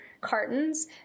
cartons